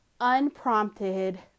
unprompted